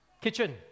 kitchen